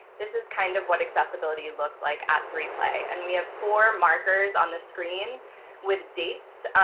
this is kind of what accessibility looked like at three play. and we have four markers on the screen with dates.